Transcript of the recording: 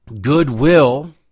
goodwill